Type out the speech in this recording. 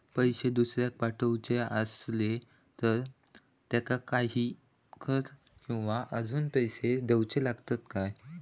पैशे दुसऱ्याक पाठवूचे आसले तर त्याका काही कर किवा अजून पैशे देऊचे लागतत काय?